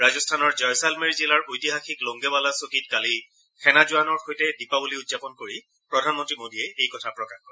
ৰাজস্থানৰ জয়ছালমেৰ জিলাৰ ঐতিহাসিক লোংগেবালা চকীত কালি সেনা জোৱানৰ সৈতে দীপাৱলী উদযাপন কৰি প্ৰধানমন্ত্ৰী মোদীয়ে এই কথা প্ৰকাশ কৰে